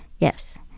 Yes